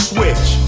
Switch